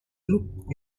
loupe